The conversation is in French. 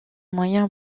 moyen